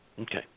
Okay